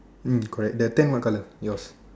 mm correct the tent what color yours